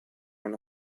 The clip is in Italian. una